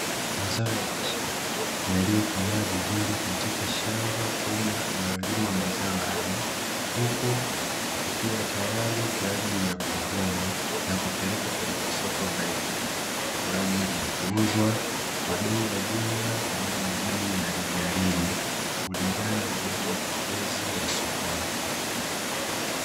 Mazao ya biashara yaliyokomaa vizuri katika shamba kubwa linalolima mazao hayo, huku yakiwa tayari kwa ajili ya kuvunwa na kupelekwa kwenye masoko mbalimbali kwa ajili ya kuuzwa kwa bei ya jumla pamoja na bei ya rejareja kulingana na bei elekezi ya sokoni.